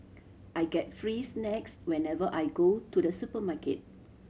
I get free snacks whenever I go to the supermarket